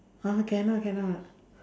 !huh! cannot cannot